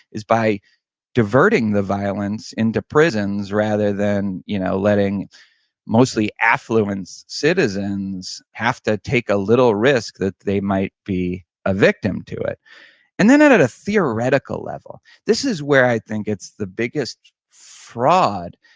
is by diverting the violence into prisons rather than you know letting mostly affluent citizens have to take a little risk that they might be a victim to it and then at at a theoretical level, this is where i think it's the biggest fraud